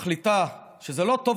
מחליטה שזה לא טוב,